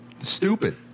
Stupid